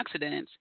antioxidants